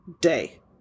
day